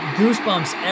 goosebumps